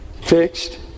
fixed